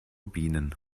bienen